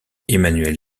emmanuel